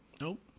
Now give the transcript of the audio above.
Nope